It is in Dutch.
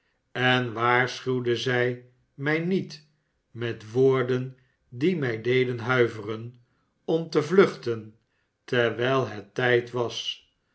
en waarschuwde zij mij niet met woorden die mij deden huiveren om te vluchten terwijl het tijd was